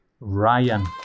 Ryan